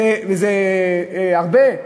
זה הרבה?